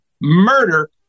murder